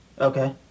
Okay